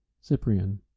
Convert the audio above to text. Cyprian